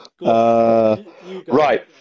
Right